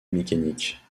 mécanique